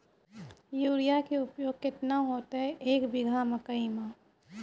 Urea के उपयोग केतना होइतै, एक बीघा मकई मे?